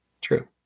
True